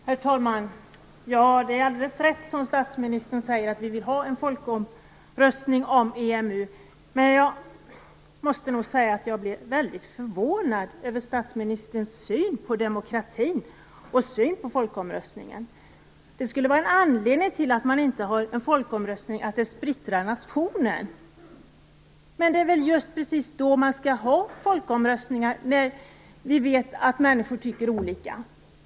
Herr talman! Det är alldeles rätt som statsministern säger. Vi vill ha en folkomröstning om EMU. Men jag måste säga att jag blir väldigt förvånad över statsministerns syn på demokratin och på folkomröstningen. En anledning till att man inte har en folkomröstning skulle vara att den splittrar nationen. Men det är väl precis då man skall ha folkomröstningar, när vi vet att människor tycker olika.